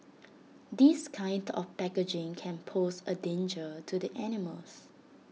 this kind of packaging can pose A danger to the animals